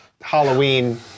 Halloween